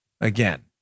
again